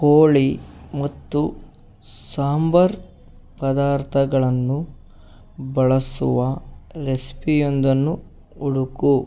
ಕೋಳಿ ಮತ್ತು ಸಾಂಬಾರು ಪದಾರ್ಥಗಳನ್ನು ಬಳಸುವ ರೆಸಿಪಿಯೊಂದನ್ನು ಹುಡುಕು